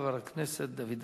חבר הכנסת דוד אזולאי.